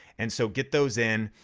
and so get those in.